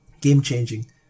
game-changing